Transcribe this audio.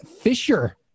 Fisher